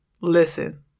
Listen